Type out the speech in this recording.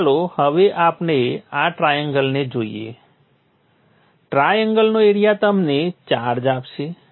તો ચાલો હવે આપણે આ ટ્રાએંગલને જોઇએ ટ્રાએંગલનો એરિઆ તમને ચાર્જ આપશે